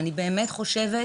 אני באמת חושבת